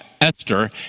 Esther